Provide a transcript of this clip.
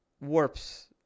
Warps